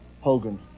Hogan